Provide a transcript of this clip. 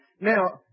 Now